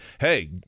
hey